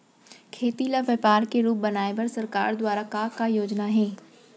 खेती ल व्यापार के रूप बनाये बर सरकार दुवारा का का योजना हे?